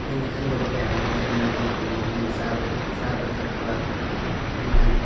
ꯑꯩꯅ ꯈꯪꯗꯕ ꯀꯌꯥꯃꯔꯨꯝ ꯑꯃꯁꯨ ꯃꯉꯣꯟꯗ ꯍꯪꯉꯤ ꯑꯩꯅ ꯆꯥꯕ ꯆꯥꯕ ꯊꯛꯄ ꯑꯩꯅ